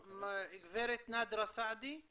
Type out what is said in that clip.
גב' נאדרה סעדי,